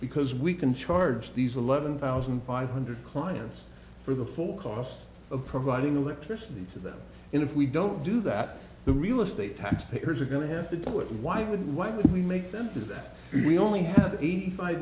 because we can charge these eleven thousand five hundred clients for the full cost of providing electricity to them and if we don't do that the real estate tax payers are going to have to do it why would why would we make them do that we only have eighty five